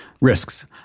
Risks